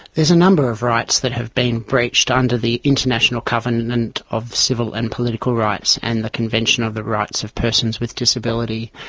there's a number of rights that have been breached under the international covenant of civil and political rights and the convention of the rights of persons with disability,